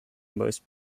most